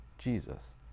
Jesus